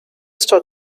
start